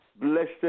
Blessed